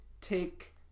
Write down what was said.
take